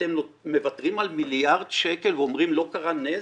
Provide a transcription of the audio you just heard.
אתם מוותרים על מיליארד שקל ואומרים שלא קרה נזק?